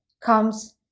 comes